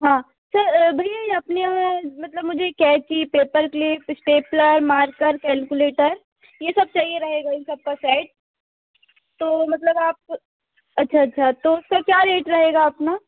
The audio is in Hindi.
हाँ सर भैया ये अपने यहाँ मतलब मुझे कैंची पेपर के लिए स्टेप्लर मार्कर कैलकुलेटर ये सब चाहिए रहेगा इन सबका तो मतलब आप अच्छा अच्छा तो उसका क्या रेट रहेगा अपना